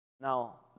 Now